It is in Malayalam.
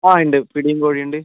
അതെ ഉണ്ട് പിടിയും കോഴിയും ഉണ്ട്